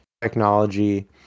technology